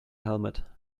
helmet